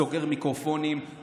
סוגר מיקרופונים,